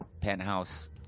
penthouse